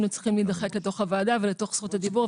היינו צריכים להידחק לתוך הוועדה ולתוך זכות הדיבור,